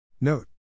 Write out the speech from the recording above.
Note